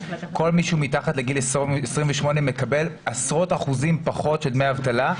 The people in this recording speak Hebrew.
כל מי שהוא מתחת לגיל 28 מקבל עשרות אחוזים פחות דמי אבטלה,